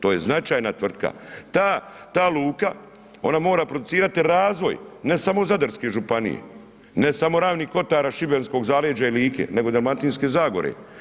To je značajna tvrtka, ta luka, ona mora producirati razvoj, ne samo zadarske županije, ne samo Ravni kotara šibenskog zaleđa i Like, nego i Dalmatinske zagore.